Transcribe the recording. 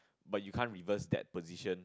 but you can't reverse that position